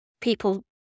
People